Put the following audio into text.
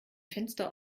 fenster